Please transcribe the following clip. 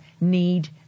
need